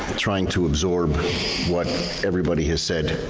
trying to absorb what everybody has said.